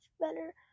better